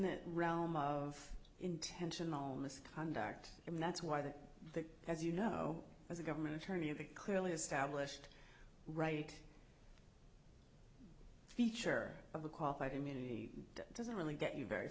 that realm of intentional misconduct and that's why they think as you know as a government attorney that clearly established right feature of a qualified immunity doesn't really get you very